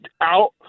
out